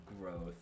growth